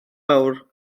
awr